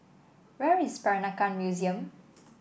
where is Peranakan Museum